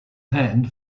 hand